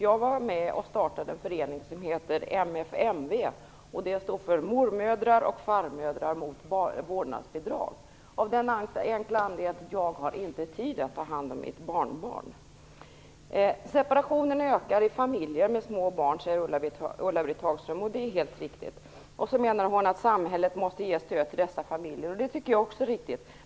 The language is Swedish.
Jag var med och startade en förening som heter MFMV. Det står för Mormödrar och farmödrar mot vårdnadsbidrag. Detta gjorde jag av den enkla anledningen att jag inte har tid att ta hand om mitt barnbarn. Separationerna ökar i familjer med små barn, säger Ulla-Britt Hagström. Det är helt riktigt. Hon menar att samhället måste ge stöd till dessa familjer. Det tycker jag också är riktigt.